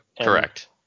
Correct